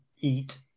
eat